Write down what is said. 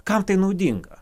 kam tai naudinga